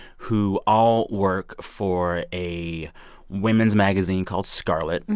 who all work for a women's magazine called scarlet. and